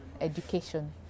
education